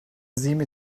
semi